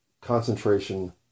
Concentration